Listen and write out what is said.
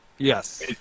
Yes